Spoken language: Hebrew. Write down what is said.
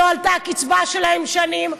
שהקצבה שלהם לא עלתה שנים,